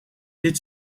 dit